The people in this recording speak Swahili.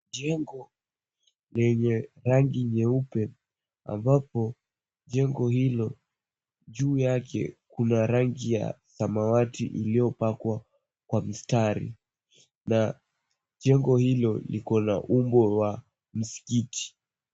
Jengo lenye rangi nyeupe ambapo jengo hilo juu yake kuna rangi ya samawati uliyopakwa kwa mistari na jengo hilo liko na umbo la msikiti.